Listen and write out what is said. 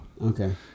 Okay